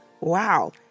wow